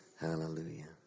Hallelujah